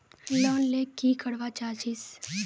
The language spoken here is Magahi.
लोन ले की करवा चाहीस?